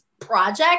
project